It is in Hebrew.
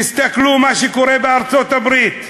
תסתכלו מה שקורה בארצות-הברית,